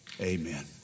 Amen